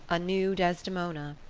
a new desdemona,